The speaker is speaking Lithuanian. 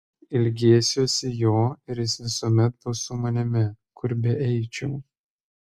ilgėsiuosi jo ir jis visuomet bus su manimi kur beeičiau